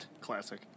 Classic